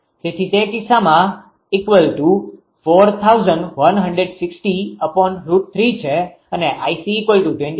તેથી તે કિસ્સામાં છે અને 𝐼𝐶23